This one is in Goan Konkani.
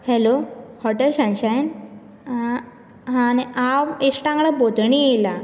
हॅलो हॉटेल सनशायन हांव इश्टां वांगडा भोंवतणी येयलां